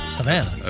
Havana